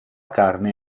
carne